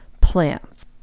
plants